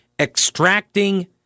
extracting